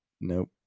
Nope